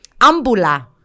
Ambula